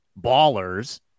ballers